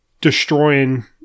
destroying